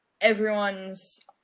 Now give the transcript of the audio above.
everyone's